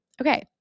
Okay